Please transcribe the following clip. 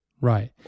Right